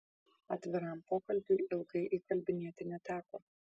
atviram pokalbiui ilgai įkalbinėti neteko